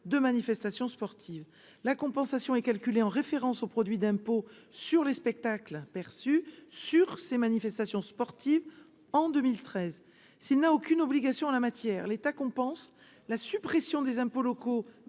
de manifestations sportives, la compensation est calculé en référence aux produits d'impôt sur les spectacles perçus sur ces manifestations sportives en 2013, s'il n'a aucune obligation en la matière, l'État compense la suppression des impôts locaux,